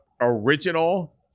original